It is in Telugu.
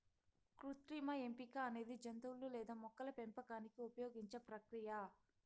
కృత్రిమ ఎంపిక అనేది జంతువులు లేదా మొక్కల పెంపకానికి ఉపయోగించే ప్రక్రియ